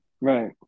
Right